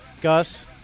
Gus